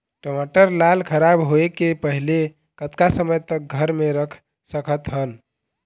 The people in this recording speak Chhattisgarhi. टमाटर ला खराब होय के पहले कतका समय तक घर मे रख सकत हन?